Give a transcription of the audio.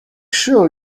sure